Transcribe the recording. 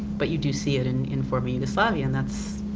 but you do see it in in former yugoslavia, and that's,